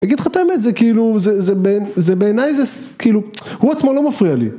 אגיד לך את האמת, זה כאילו, זה זה, בעיניי ,זה כאילו, הוא עצמו לא מפריע לי